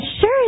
sure